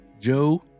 Joe